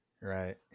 right